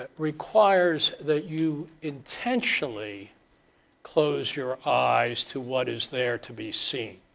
ah requires that you intentionally close your eyes to what is there to be seen.